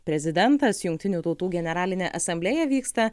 prezidentas jungtinių tautų generalinė asamblėja vyksta